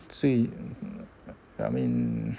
所以 I mean